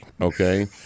okay